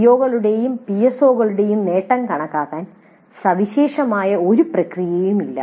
പിഒകളുടെയും പിഎസ്ഒകളുടെയും നേട്ടം കണക്കാക്കാൻ സവിശേഷമായ ഒരു പ്രക്രിയയും ഇല്ല